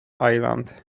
island